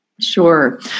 Sure